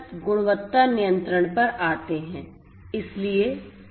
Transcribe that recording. इसलिए गुणवत्ता बहुत महत्वपूर्ण है सेवाओं की गुणवत्ता उत्पाद की की गुणवत्ता